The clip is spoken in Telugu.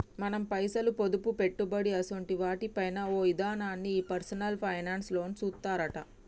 మన పైసలు, పొదుపు, పెట్టుబడి అసోంటి వాటి పైన ఓ ఇదనాన్ని ఈ పర్సనల్ ఫైనాన్స్ లోనే సూత్తరట